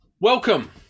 welcome